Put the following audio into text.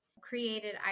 created